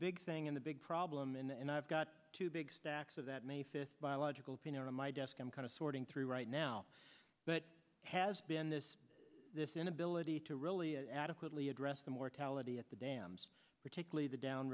big thing in the big problem and i've got two big stacks of that may fifth biological ping on my desk i'm kind of sorting through right now but has been this this inability to really adequately address the mortality at the dams particularly the down